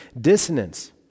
dissonance